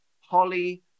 Holly